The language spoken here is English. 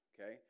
okay